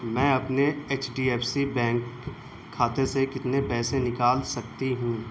میں اپنے H D F C bank خاتے سے کتنے پیسے نکال سکتی ہوں